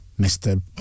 Mr